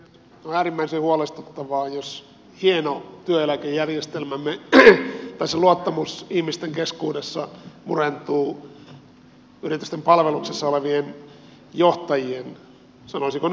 on äärimmäisen huolestuttavaa jos hieno työeläkejärjestelmämme tai luottamus ihmisten keskuudessa murentuu yritysten palveluksessa olevien johtajien sanoisinko nyt ahneuteen